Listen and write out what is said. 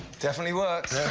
definitely works.